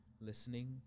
Listening